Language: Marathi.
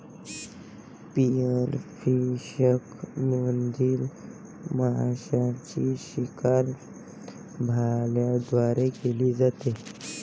स्पीयरफिशिंग मधील माशांची शिकार भाल्यांद्वारे केली जाते